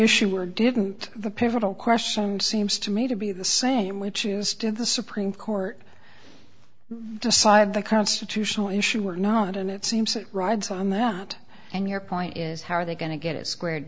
issue or didn't the pivotal question seems to me to be the same which is did the supreme court decide the constitutional issue or not and it seems that rides on that and your point is how are they going to get it square